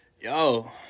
yo